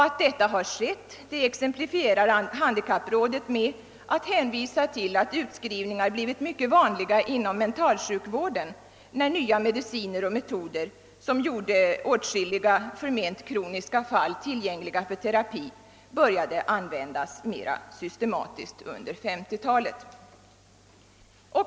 Att detta har skett exemplifierar handikapprådet genom att hänvisa till att utskrivningar blev mycket vanliga inom mentalsjukvården när nya mediciner och metoder, som gjorde åtskilliga förment kroniska fall tillgängliga för terapi, började användas mera systematiskt under 1950 talet.